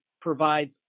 provides